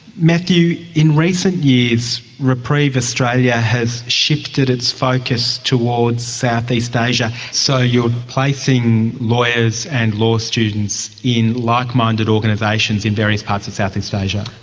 matthew, in recent years reprieve australia has shifted its focus towards southeast asia. so you are placing lawyers and law students in like-minded organisations in various parts of southeast asia.